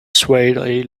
swayed